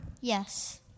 Yes